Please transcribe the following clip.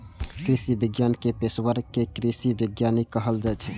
कृषि विज्ञान के पेशवर कें कृषि वैज्ञानिक कहल जाइ छै